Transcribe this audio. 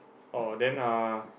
oh then uh